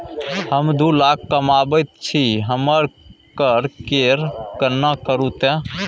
हम दू लाख कमाबैत छी हमर कर केर गणना करू ते